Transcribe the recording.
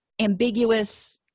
ambiguous